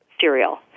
cereal